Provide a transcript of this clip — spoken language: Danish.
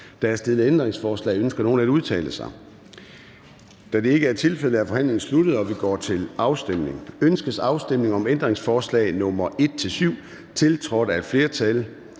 Der er stillet ændringsforslag. Ønsker nogen at udtale sig? Da det ikke er tilfældet, er forhandlingen sluttet, og vi går til afstemning. Kl. 13:04 Afstemning Formanden (Søren Gade): Ønskes afstemning